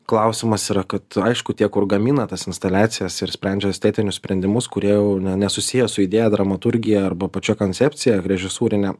klausimas yra kad aišku tie kur gamina tas instaliacijas ir sprendžia estetinius sprendimus kurie jau ne nesusiję su idėja dramaturgija arba pačia koncepcija režisūrine